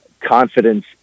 confidence